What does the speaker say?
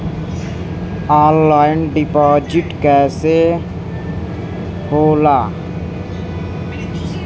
Online deposit कैसे होला?